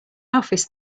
office